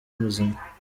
muzima